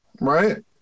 right